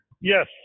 Yes